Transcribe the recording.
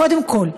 קודם כול,